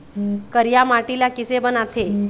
करिया माटी ला किसे बनाथे?